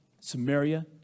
Samaria